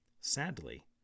sadly